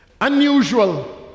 unusual